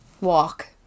walk